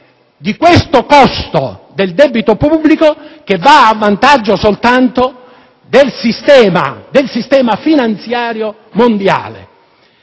del costo del debito pubblico che va a vantaggio soltanto del sistema finanziario mondiale,